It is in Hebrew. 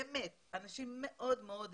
אנשים מאוד מאוד איכותיים.